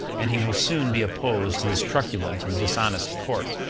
and he will soon be opposed to this truculent and dishonest court,